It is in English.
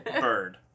bird